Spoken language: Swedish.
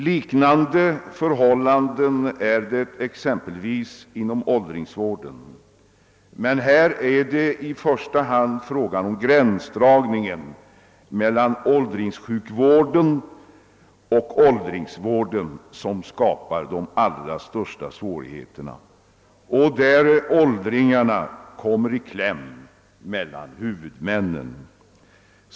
Liknande förhållande råder exempelvis inom åldringsvården. Men härvidlag är det ju i första hand gränsdragningen mellan åldringsvården och åldringssjukvården som skapar de allra största svårigheterna, och här kommer åldringarna i kläm mellan huvudmännen.